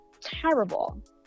terrible